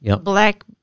Black